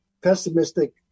pessimistic